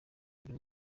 buri